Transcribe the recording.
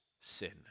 sin